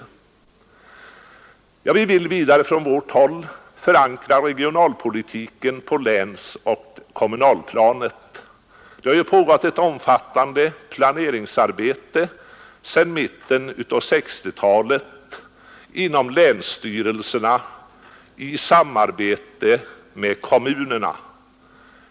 Vi vill vidare från vårt håll förankra regionalpolitiken på länsoch kommunalplanet. Det har ju inom länsstyrelserna pågått ett omfattande planeringsarbete sedan mitten av 1960-talet i samarbete med kommunerna.